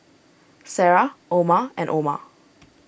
Sarah Omar and Omar